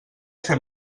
fer